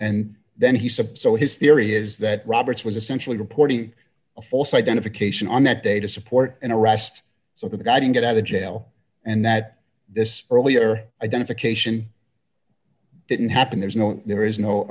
and then he said his theory is that roberts was essentially reporting a false identification on that day to support in iraq just so the guy didn't get out of jail and that this earlier identification didn't happen there's no there is no